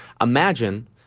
imagine